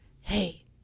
hey